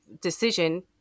decision